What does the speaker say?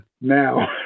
now